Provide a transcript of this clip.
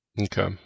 Okay